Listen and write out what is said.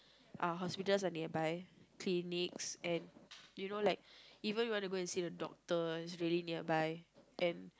uh hospitals are nearby clinics and you know like even when you want to go see the doctor it's really nearby and